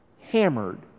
Hammered